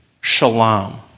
shalom